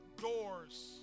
doors